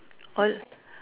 all